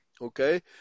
okay